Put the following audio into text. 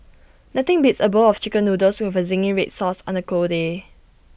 nothing beats A bowl of Chicken Noodles with A Zingy Red Sauce on A cold day